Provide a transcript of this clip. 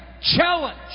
challenge